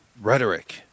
rhetoric